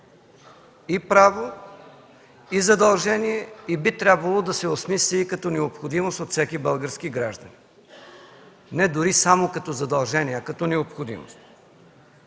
и право, и задължение, и би трябвало да се осмисли като необходимост от всеки български гражданин, не дори само като задължение, а като необходимост.